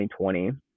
2020